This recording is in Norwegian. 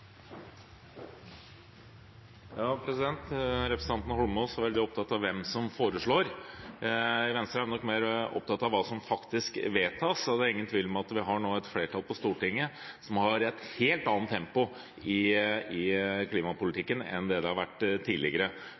Representanten Holmås var veldig opptatt av hvem som foreslår. I Venstre er vi nok mer opptatt av hva som faktisk vedtas, og det er ingen tvil om at vi nå har et flertall på Stortinget som har et helt annet tempo i klimapolitikken enn det det har vært tidligere.